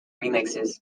remixes